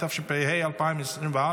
התשפ"ה 2024,